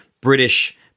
British